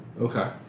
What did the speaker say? Okay